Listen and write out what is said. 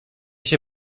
się